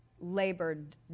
labored